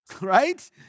right